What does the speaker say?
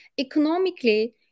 economically